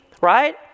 right